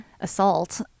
assault